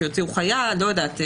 שיוציאו חיה וכדומה.